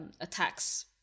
attacks